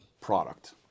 product